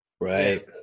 right